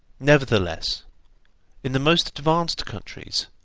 nevertheless in the most advanced countries,